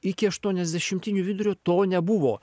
iki aštuoniasdešimtinių vidurio to nebuvo